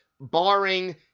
barring